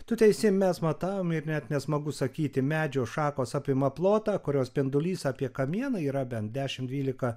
tu teisi mes matavom ir net nesmagu sakyti medžio šakos apima plotą kurio spindulys apie kamieną yra bent dešimt dvylika